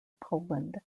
poland